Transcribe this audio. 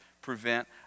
prevent